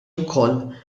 wkoll